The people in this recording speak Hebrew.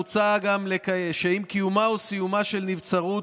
מוצע שעם קיומה או סיומה של נבצרות,